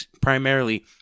primarily